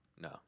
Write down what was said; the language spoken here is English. No